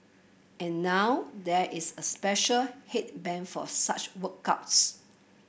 and now there is a special headband for such workouts